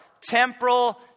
temporal